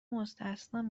مستثنی